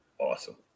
Awesome